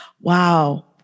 Wow